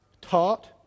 taught